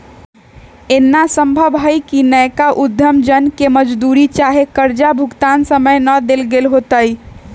एना संभव हइ कि नयका उद्यम जन के मजदूरी चाहे कर्जा भुगतान समय न देल गेल होतइ